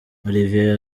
olivier